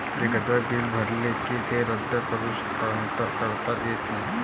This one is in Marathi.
एकदा बिल भरले की ते रद्द करून परत करता येत नाही